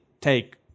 take